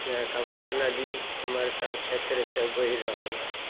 जेना कमला नदी हमर सभक क्षेत्रसँ बढ़ि रहल अछि